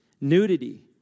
Nudity